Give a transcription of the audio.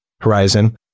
horizon